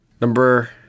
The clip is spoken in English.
Number